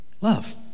Love